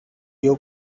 you